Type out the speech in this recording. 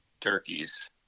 turkeys